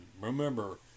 remember